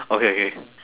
okay okay